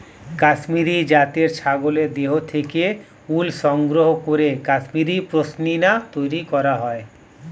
কাশ্মীরি জাতের ছাগলের দেহ থেকে উল সংগ্রহ করে কাশ্মীরি পশ্মিনা তৈরি করা হয়